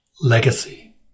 legacy